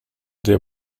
der